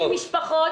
משפחות,